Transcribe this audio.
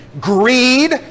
greed